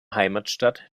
heimatstadt